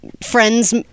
friends